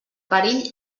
perill